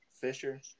Fisher